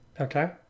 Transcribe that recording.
Okay